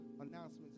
announcements